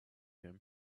him